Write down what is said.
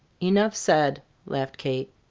enough said, laughed kate.